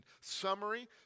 summary